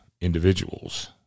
individuals